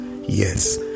Yes